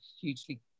hugely